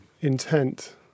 intent